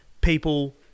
people